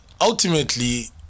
Ultimately